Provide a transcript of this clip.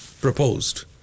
proposed